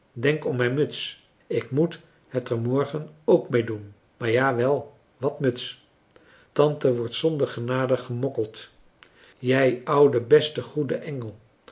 denk om mijn muts ik moet het er morgen k mee doen maar ja wel wàt muts tante wordt zonder genade gemokkeld jij oude beste goeie engel